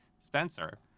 Spencer